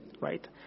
right